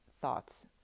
thoughts